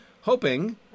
hoping